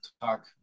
talk